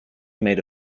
made